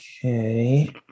Okay